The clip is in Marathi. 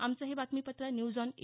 आमचं हे बातमीपत्र न्यूज ऑन ए